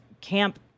Camp